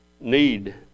need